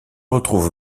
retrouve